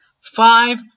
five